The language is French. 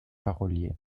parolier